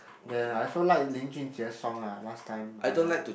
then I also like 林俊杰:Lin-Jun-Jie song ah last time um